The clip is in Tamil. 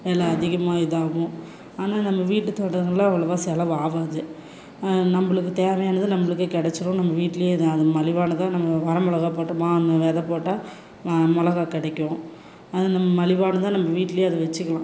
வெலை அதிகமாக இதாகும் ஆனால் நம்ம வீட்டு தோட்டங்கள்லாம் அவ்வளோவா செலவு ஆகாது நம்மளுக்கு தேவையானது நம்மளுக்கே கெடைச்சிரும் நம்ம வீட்டிலையே அது மலிவானதாக நம்ம வர மிளகா போட்டோமா அந்த வெதை போட்டால் ம மிளகா கிடைக்கும் அது நம்ம மலிவானதாக நம்ம வீட்டிலையே அதை வச்சிக்கலாம்